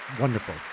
wonderful